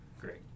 Great